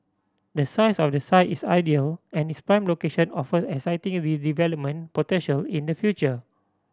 the size of the site is ideal and its prime location offer exciting redevelopment potential in the future